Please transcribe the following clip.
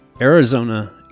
Arizona